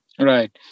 Right